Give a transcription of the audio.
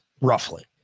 roughly